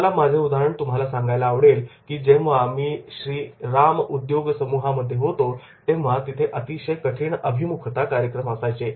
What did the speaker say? मला माझे उदाहरण तुम्हाला सांगायला आवडेल की जेव्हा मी श्री राम उद्योग समूहामध्ये होतो तिथे अतिशय कठीण अभिमुखता कार्यक्रम असायचे